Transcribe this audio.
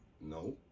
no